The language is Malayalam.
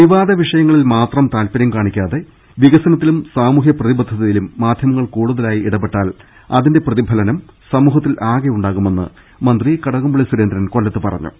വിവാദ വിഷയങ്ങളിൽ മാത്രം താൽപര്യം കാണിക്കാതെ വിക്സനത്തിലും സാമൂഹ്യപ്രതിബദ്ധതയിലും മാധ്യമങ്ങൾ കൂടുതലായി ഇടപെട്ടാൻ അതിന്റെ പ്രതിഫലനം സമൂഹത്തിൽ ആകെയുണ്ടാവുമെന്ന് മന്ത്രി കട കംപള്ളി സുരേന്ദ്രൻ കൊല്ലത്ത് പറഞ്ഞു